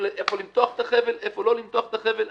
איפה למתוח את החבל ואיפה לא למתוח את החבל,